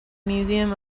museum